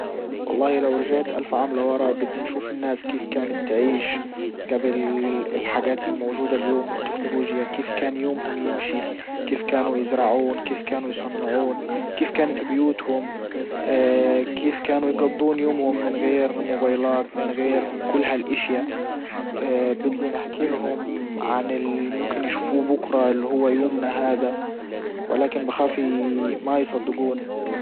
والله لو رجعت الف عمام لورا بدي نشوف الناس كيف كانت تعيش جبل الحاجات الموجودة اليوم والتكنولوجيا كيف كان يومهم يمشي كيف كانوا يزرعون كيف كانوا يصنعون كيف كانت بيوتهم كيف كانوا يجضون يومهم من غير موبايلات من غير كل هالاشيا بدي نحكيلهم عن اللي ممكن يشوفوه بكرا اللي هو يومنا هذا ولكن بخاف ما يصدجوني.